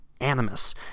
animus